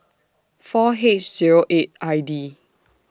four H Zero eight I D